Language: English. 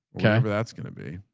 okay. that's going to be,